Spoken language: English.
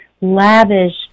lavish